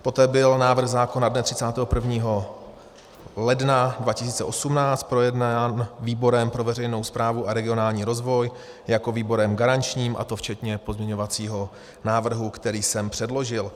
Poté byl návrh zákona dne 31. ledna 2018 projednán výborem pro veřejnou správu a regionální rozvoj jako výborem garančním, a to včetně pozměňovacího návrhu, který jsem předložil.